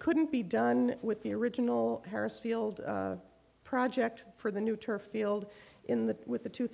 couldn't be done with the original harris field project for the new turf field in the with the two